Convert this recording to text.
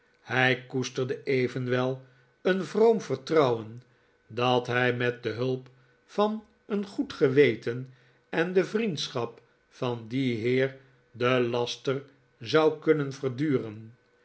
hij koesterde evenwel een vroom vertrduwen dat hij met de hulp van een goedv geweten en de vriendschap van dien heer den laster zou kunnen verduren